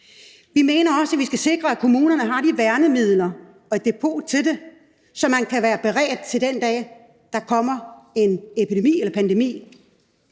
Vi mener også, at man skal sikre, at kommunerne har de nødvendige værnemidler og et depot til dem, så man kan være beredt den dag, der kommer en epidemi eller en pandemi.